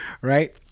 right